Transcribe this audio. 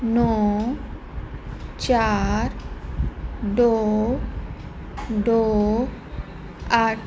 ਨੌਂ ਚਾਰ ਦੋ ਦੋ ਅੱਠ